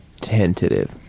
tentative